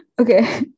Okay